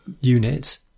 unit